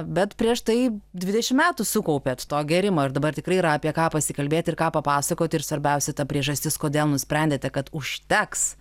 bet prieš tai dvidešim metų sukaupėt to gėrimo ir dabar tikrai yra apie ką pasikalbėti ir ką papasakoti ir svarbiausia ta priežastis kodėl nusprendėte kad užteks